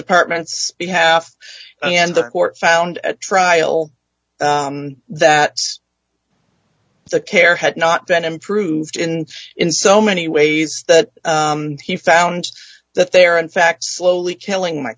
department's behalf and the court found at trial that the care had not been improved in in so many ways that he found that they are in fact slowly killing my